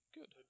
Good